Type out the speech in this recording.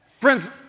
Friends